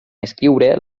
escriure